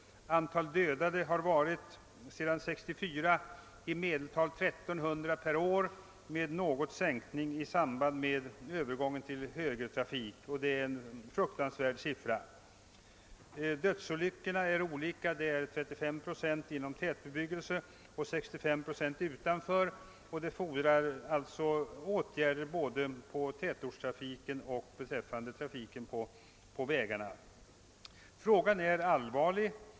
Efter 1964 har antalet dödade i medeltal uppgått till 1300 per år med en liten minskning i samband med övergången till högertrafik. Detta är en fruktansvärd siffra. 35 procent av dödsolyckorna skedde i tätbebyggelse och 63 procent utanför, och därför krävs åtgärder både beträffande tätortstrafiken och trafiken utanför tätort. Frågan är allvarlig.